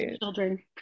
children